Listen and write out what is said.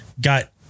got